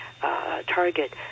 target